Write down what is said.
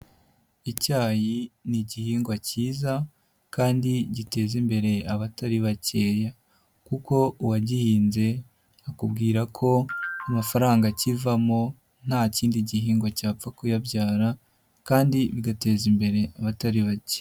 Icyayi ni igihingwa cyiza kandi giteza imbere abatari bakeya kuko uwagihinze akubwira ko amafaranga akivamo, nta kindi gihingwa cyapfa kuyabyara kandi bigateza imbere abatari bake.